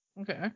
Okay